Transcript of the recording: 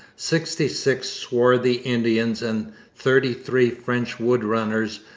sixty-six swarthy indians and thirty-three french wood-runners,